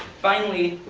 finally,